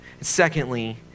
Secondly